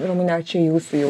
ramune čia jūsų jau